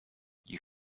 you